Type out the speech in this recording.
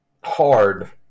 hard